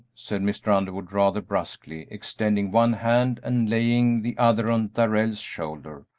said mr. underwood, rather brusquely, extending one hand and laying the other on darrell's shoulder,